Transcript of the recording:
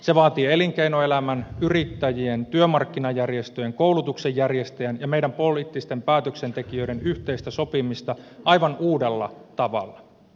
se vaatii elinkeinoelämän yrittäjien työmarkkinajärjestöjen koulutuksen järjestäjien ja meidän poliittisten päätöksentekijöiden yhteistä sopimista aivan uudella tavalla